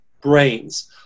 brains